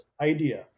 idea